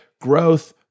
Growth